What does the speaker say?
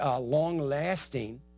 long-lasting